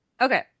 Okay